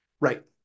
Right